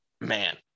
man